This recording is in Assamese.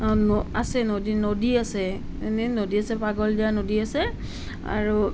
আছে নদী নদী আছে এনে নদী আছে পাগলদিয়া নদী আছে আৰু